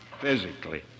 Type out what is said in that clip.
physically